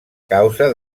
causa